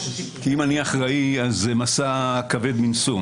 כי אם אני אחראי זה משא כבד מנשוא.